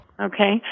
Okay